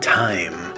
time